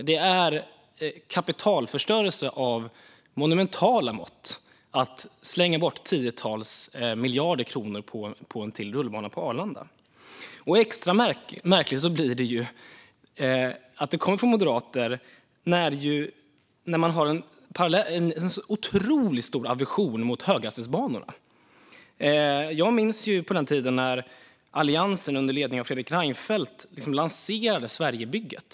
Det vore kapitalförstörelse av monumentala mått att slänga bort tiotals miljarder kronor på ännu en rullbana på Arlanda. Extra märkligt blir det att detta kommer från Moderaterna med tanke på deras stora aversion mot höghastighetsbanorna. Jag minns när Alliansen under ledning av Fredrik Reinfeldt lanserade Sverigebygget.